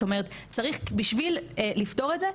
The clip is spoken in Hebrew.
זאת אומרת צריך בשביל לפתור את זה,